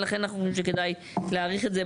ולכן אנחנו חושבים שכדאי להאריך את זה,